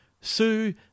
Sue